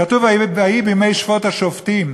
כתוב "ויהי בימי שפֹט השֹפטים",